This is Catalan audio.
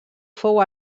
fou